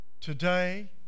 today